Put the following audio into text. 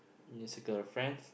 just your girlfriends